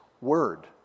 word